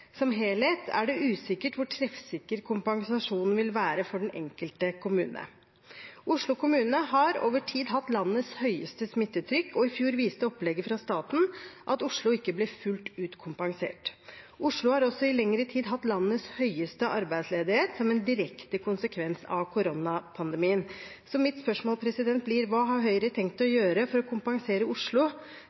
som helhet, er det usikkert hvor treffsikker kompensasjonen vil være for den enkelte kommune. Oslo kommune har over tid hatt landets høyeste smittetrykk, og i fjor viste opplegget fra staten at Oslo ikke ble fullt ut kompensert. Oslo har også i lengre tid hatt landets høyeste arbeidsledighet som en direkte konsekvens av koronapandemien. Mitt spørsmål blir: Hva har Høyre tenkt å gjøre for å kompensere Oslo